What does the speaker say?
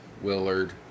Willard